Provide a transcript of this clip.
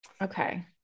Okay